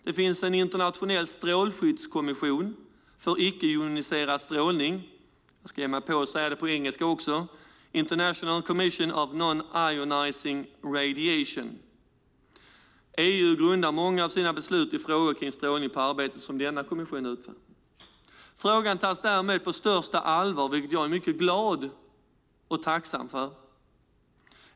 Det finns en internationell strålskyddskommission för icke-joniserande strålning. Jag ska ge mig på att säga det på engelska också: International Commission on Non-ionizing Radiation. EU grundar många av sina beslut i frågor kring strålning på arbetet som denna kommission utför. Frågan tas därmed på största allvar, vilket jag är mycket glad och tacksam för.